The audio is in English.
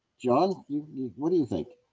john, you know what do you think?